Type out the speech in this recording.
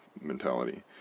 mentality